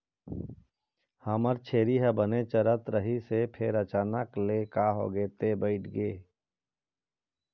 हमर छेरी ह बने चरत रहिस हे फेर अचानक ले का होगे ते बइठ गे